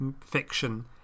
fiction